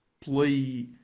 play